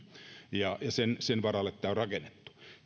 ja sen sen varalle tämä on rakennettu